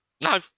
No